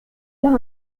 los